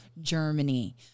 Germany